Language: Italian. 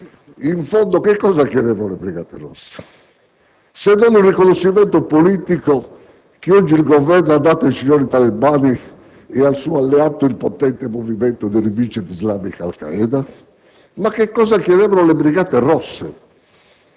In fondo che cosa chiedevano le Brigate Rosse, se non il riconoscimento politico che oggi il Governo ha dato ai signori talebani e al suo alleato, il potente movimento di Rivincita islamica Al Qaeda? Ma che cosa chiedevano le Brigate Rosse